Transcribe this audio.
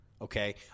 okay